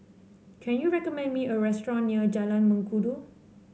can you recommend me a restaurant near Jalan Mengkudu